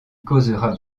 causera